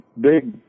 big